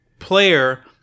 player